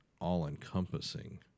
all-encompassing